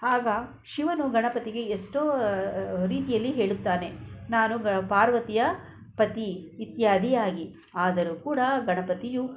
ಆಗ ಶಿವನು ಗಣಪತಿಗೆ ಎಷ್ಟೋ ರೀತಿಯಲ್ಲಿ ಹೇಳುತ್ತಾನೆ ನಾನು ಗ ಪಾರ್ವತಿಯ ಪತಿ ಇತ್ಯಾದಿಯಾಗಿ ಆದರೂ ಕೂಡ ಗಣಪತಿಯು